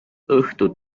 õhtu